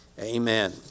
Amen